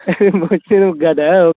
बहुत तुम गधे हो